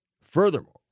Furthermore